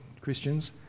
Christians